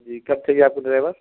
جی کب چاہیے آپ کو ڈرائیور